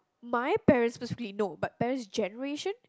my parents specifically no but parent's generation